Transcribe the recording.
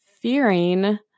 fearing